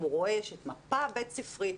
אם הוא רואה מפה בית ספרית,